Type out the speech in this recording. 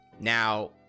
Now